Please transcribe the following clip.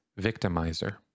victimizer